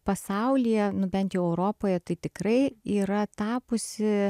pasaulyje nu bent europoje tai tikrai yra tapusi